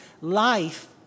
life